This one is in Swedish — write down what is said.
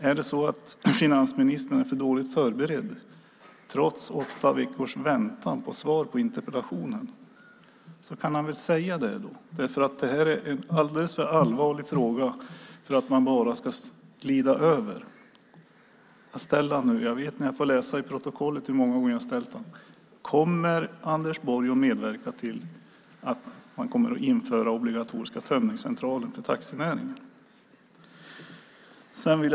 Är det så att finansministern är för dåligt förberedd trots att jag fått vänta åtta veckor på interpellationssvaret? I så fall kan han väl säga det, för detta är en alldeles för allvarlig fråga att bara glida över. Jag ställer frågan nu. Jag vet när jag får läsa i protokollet hur många gånger jag har ställt den. Kommer Anders Borg att medverka till att man kommer att införa obligatoriska tömningscentraler för taxinäringen? Herr talman!